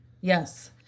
yes